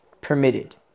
permitted